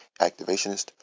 activationist